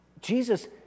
Jesus